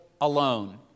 alone